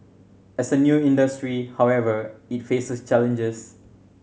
as a new industry however it faces challenges